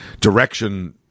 direction